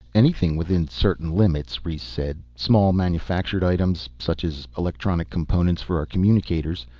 anything within certain limits, rhes said. small manufactured items, such as electronic components for our communicators.